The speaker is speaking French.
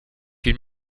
une